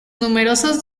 numerosos